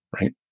right